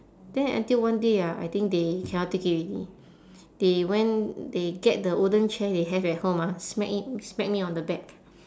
then until one day ah I think they cannot take it already they went they get the wooden chair they have at home ah smack it smack me on the back